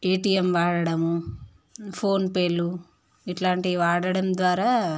ATM వాడడం ఫోన్పేలు ఇట్లాంటివి వాడడం ద్వారా